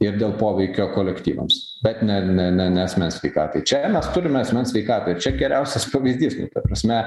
ir dėl poveikio kolektyvams bet ne ne ne ne asmens sveikatai čia mes turime asmens sveikatą ir čia geriausias pavyzdys ta prasme